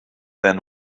than